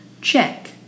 Check